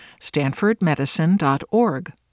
StanfordMedicine.org